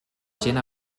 gent